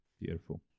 Beautiful